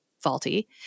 faulty